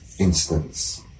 Instance